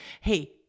hey